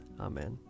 Amen